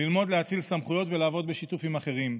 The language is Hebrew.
ללמוד להאציל סמכויות ולעבוד בשיתוף עם אחרים.